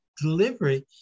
delivery